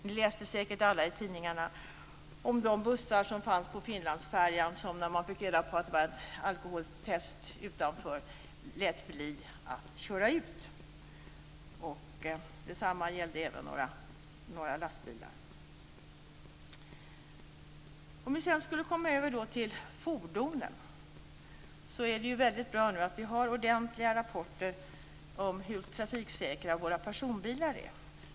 Ni läste säkert alla i tidningarna om de bussar som fanns på Finlandsfärjan. När man fick reda på att det var ett alkoholtest utanför lät man bli att köra ut. Detsamma gällde även för några lastbilar. Sedan skulle vi då kunna komma över till fordonen. Det är ju väldigt bra nu att vi har ordentliga rapporter om hur trafiksäkra våra personbilar är.